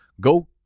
Go